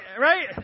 Right